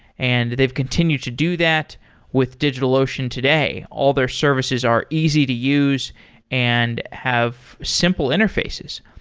and they've continued to do that with digitalocean today. all their services are easy to use and have simple interfaces.